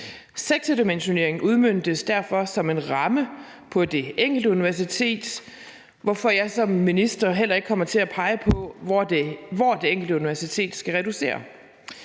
Sektordimensioneringen udmøntes derfor som en ramme på det enkelte universitet, hvorfor jeg som minister heller ikke kommer til at pege på, hvor det enkelte universitet skal reducere.